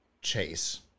Chase